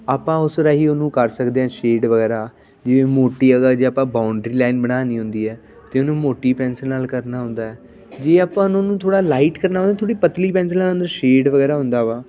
ਆਪਾਂ ਉਸ ਰਾਹੀਂ ਉਹਨੂੰ ਕਰ ਸਕਦੇ ਹਾਂ ਸ਼ੇਡ ਵਗੈਰਾ ਜਿਵੇਂ ਮੋਟੀ ਆ ਉਹਦਾ ਜੇ ਆਪਾਂ ਬਾਉਂਡਰੀ ਲਾਈਨ ਬਣਾਉਣੀ ਹੁੰਦੀ ਹੈ ਅਤੇ ਉਹਨੂੰ ਮੋਟੀ ਪੈਂਸਿਲ ਨਾਲ ਕਰਨਾ ਹੁੰਦਾ ਜੇ ਆਪਾਂ ਉਹਨਾਂ ਨੂੰ ਥੋੜ੍ਹਾ ਲਾਈਟ ਕਰਨਾ ਹੁੰਦਾ ਥੋੜ੍ਹੀ ਪਤਲੀ ਪੈਂਸਿਲ ਨਾਲ ਉਹਨਾਂ ਸ਼ੇਡ ਵਗੈਰਾ ਹੁੰਦਾ ਵਾ